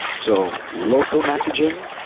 so local messaging,